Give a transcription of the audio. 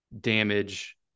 damage